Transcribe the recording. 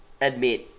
admit